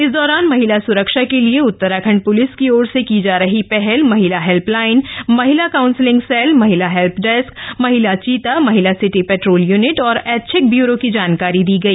इस दौरान महिला स्रक्षा के लिए उत्तराखंड प्लिस की ओर से की जा रही पहल महिला हेल्पलाइन महिला काउंसलिंग सेल महिला हेल्पडेस्क महिला चीता महिला सिटी पैट्रोल यूनिट और ऐच्छिक बयूरो की जानकारी दी गई